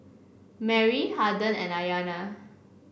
Merry Harden and Ayana